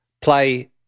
play